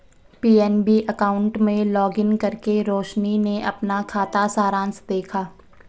PNB account में login करके रोशनी ने अपना खाता सारांश देखा